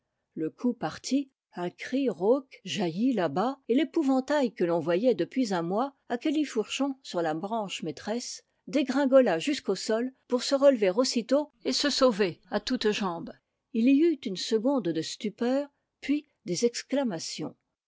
le coup partit un cri rauque jaillit là-bas et l'épouvantail que l'on voyait depuis un mois à califourchon sur la branche maîtresse dégringola jusqu'au sol pour se relever aussitôt et se sauver à toutes jambes il y eut une seconde de stupeur puis des exclamations